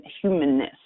humanness